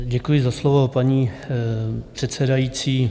Děkuji za slovo, paní předsedající.